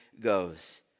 goes